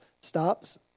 stops